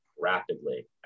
rapidly